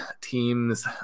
teams